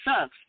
sucks